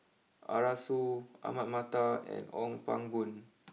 Arasu Ahmad Mattar and Ong Pang Boon